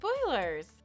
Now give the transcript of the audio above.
Spoilers